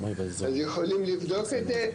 אז יכולים לבדוק את זה,